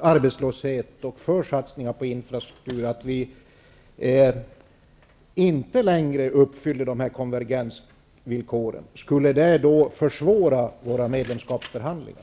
arbetslöshet och för infrastruktur att vi inte längre uppfyller konvergensvillkoren, skulle det då försvåra våra medlemskapsförhandlingar?